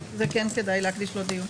לזה כן כדאי להקדיש דיון.